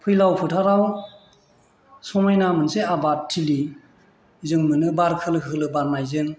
फैलाव फोथाराव समायना मोनसे आबादथिलि जों मोनो बार खोलो खोलो बारनायजों